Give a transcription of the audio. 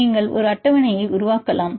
நீங்கள் ஒரு அட்டவணையை உருவாக்கலாம்